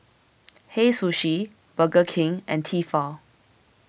Hei Sushi Burger King and Tefal